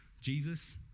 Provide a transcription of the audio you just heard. Jesus